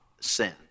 sin